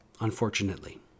unfortunately